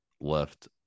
left